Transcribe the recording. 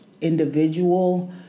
individual